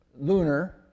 lunar